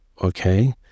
okay